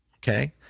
Okay